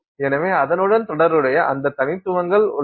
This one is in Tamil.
எனவே அதனுடன் தொடர்புடைய அந்த தனித்துவங்கள் உள்ளன